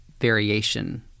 variation